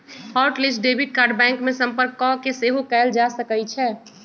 hot list debit card bank में संपर्क कऽके सेहो कएल जा सकइ छै